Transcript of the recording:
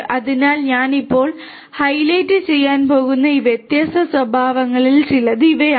അതിനാൽ ഞാൻ ഇപ്പോൾ ഹൈലൈറ്റ് ചെയ്യാൻ പോകുന്ന ഈ വ്യത്യസ്ത സ്വഭാവങ്ങളിൽ ചിലത് ഇവയാണ്